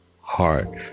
heart